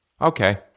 okay